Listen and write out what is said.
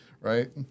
Right